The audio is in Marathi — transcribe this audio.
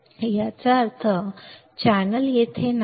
याचा अर्थ चॅनेल तेथे नाही